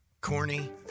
Corny